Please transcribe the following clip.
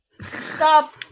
stop